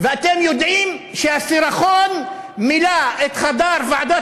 ואתם יודעים שהסירחון מילא את חדר ועדת